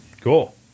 Cool